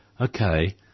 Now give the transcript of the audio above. Okay